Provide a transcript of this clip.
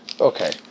Okay